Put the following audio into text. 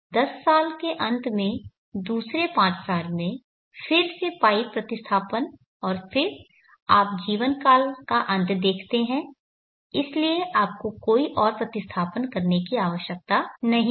दस साल के अंत में दूसरे पांच साल में फिर से पाइप प्रतिस्थापन और फिर आप जीवन काल का अंत देखते हैं इसलिए आपको कोई और प्रतिस्थापन करने की आवश्यकता नहीं है